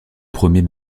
premiers